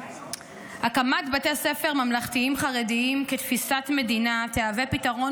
הקמת בתי ספר ממלכתיים חרדיים כתפיסת מדינה תהווה פתרון